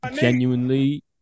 genuinely